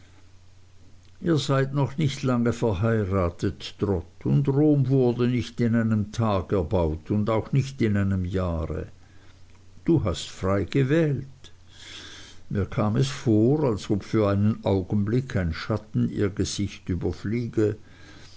ihr seid noch nicht lange verheiratet trot und rom wurde nicht in einem tag erbaut und auch nicht in einem jahre du hast frei gewählt mir kam es vor als ob für einen augenblick ein schatten ihr gesicht überfliege